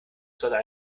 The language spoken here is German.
sondern